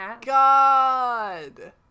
God